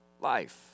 life